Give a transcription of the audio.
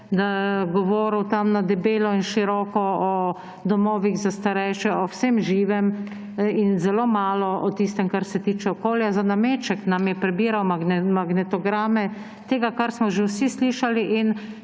govoril tam na debelo in široko o domovih za starejše, o vsem živem in zelo malo o tistem, kar se tiče okolja. Za nameček nam je prebiral magnetograme tega, kar smo že vsi slišali, in